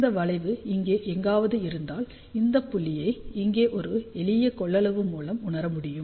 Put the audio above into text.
இந்த வளைவு இங்கே எங்காவது இருந்திருந்தால் அந்த புள்ளியை இங்கே ஒரு எளிய கொள்ளளவு மூலம் உணர முடியும்